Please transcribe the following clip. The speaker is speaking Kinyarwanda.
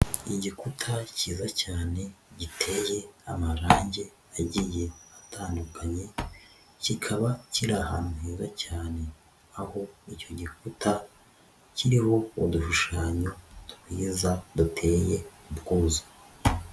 Igikuta cyiza cyane giteye amarangi agiye atandukanye, kikaba kiri ahantu heza cyane, aho icyo gikuta kiriho udushushanyo twigeza duteye ubwuzu.